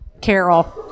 Carol